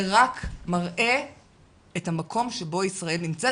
זה רק מראה את המקום שבו ישראל נמצאת